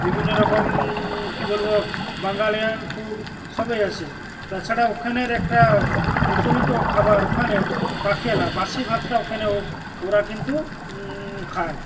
বিভিন্ন রকম কী বলবো বাঙালিয়ান ফুড সবই আছে তাছাড়া ওখানের একটা প্রচলিত খাবার ওখানের পাখিয়ালা বাাসি ভাতটা ওখানে ওরা কিন্তু খায়